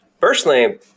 Personally